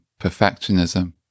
perfectionism